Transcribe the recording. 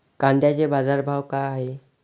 कांद्याचे बाजार भाव का हाये?